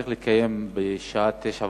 צריך להתקיים דיון